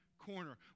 Corner